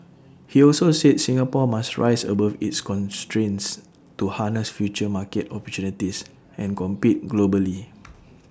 he also said Singapore must rise above its constraints to harness future market opportunities and compete globally